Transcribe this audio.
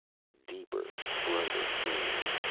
a deeper, brighter crimson.